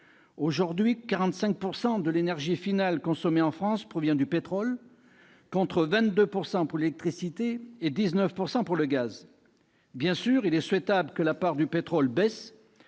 Premièrement, 45 % de l'énergie finale consommée en France provient aujourd'hui du pétrole, contre 22 % pour l'électricité et 19 % pour le gaz. Bien sûr, il est souhaitable que la part du pétrole baisse,